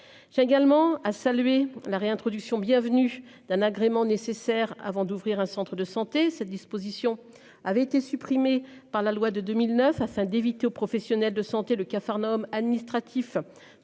C'est également à saluer la réintroduction bienvenue d'un agrément nécessaire avant d'ouvrir un centre de santé, cette disposition avait été supprimé par la loi de 2009, afin d'éviter aux professionnels de santé le capharnaüm administratif